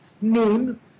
noon